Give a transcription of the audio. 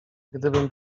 gdym